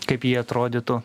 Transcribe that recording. kaip ji atrodytų